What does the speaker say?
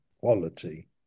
quality